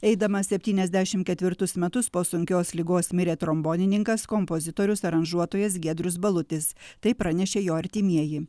eidamas septyniasdešim ketvirtus metus po sunkios ligos mirė trombonininkas kompozitorius aranžuotojas giedrius balutis tai pranešė jo artimieji